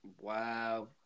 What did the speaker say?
Wow